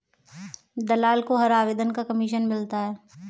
दलाल को हर आवेदन का कमीशन मिलता है